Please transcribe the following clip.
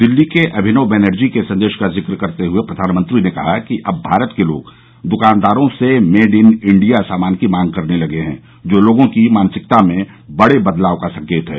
दिल्ली के अभिनव बैनर्जी के संदेश का जिक्र करते हुए प्रधानमंत्री ने कहा कि अब भारत के लोग दुकानदारों से मेड इन इंडिया सामान की मांग करने लगे हैं जो लोगों की मानसिकता में बड़े बदलाव का संकेत है